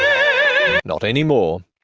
um not anymore.